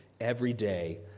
everyday